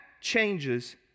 changes